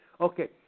Okay